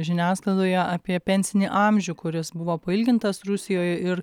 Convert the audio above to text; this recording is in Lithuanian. žiniasklaidoje apie pensinį amžių kuris buvo pailgintas rusijoj ir